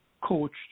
coached